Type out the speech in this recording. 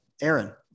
Aaron